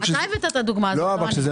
אתה הבאת את הדוגמה הזאת.